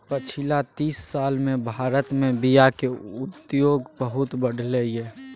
पछिला तीस साल मे भारत मे बीयाक उद्योग बहुत बढ़लै यै